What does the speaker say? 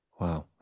Wow